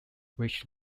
which